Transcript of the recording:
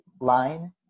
line